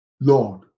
Lord